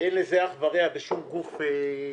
דבר שאין לו אח ורע בשום גוף פעיל.